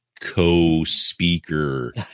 co-speaker